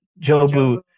Jobu